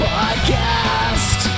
Podcast